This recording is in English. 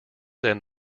than